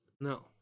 No